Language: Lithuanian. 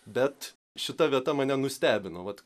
bet šita vieta mane nustebino vat